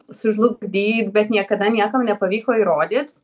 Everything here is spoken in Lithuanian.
sužlugdyt bet niekada niekam nepavyko įrodyt